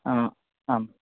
ह्म् आम्